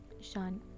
Shan